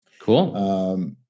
Cool